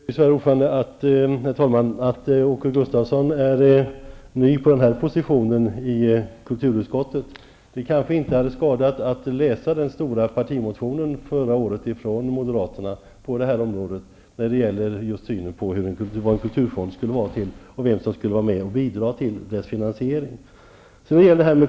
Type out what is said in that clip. Herr talman! Åke Gustavsson är ny på sin position i kulturutskottet. Det hade kanske inte skadat att läsa moteraternas stora partimotion från förra året när det gäller just synen på vad en kulturfond skall användas till och vem som skall vara med och bidra till dess finansiering.